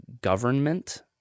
government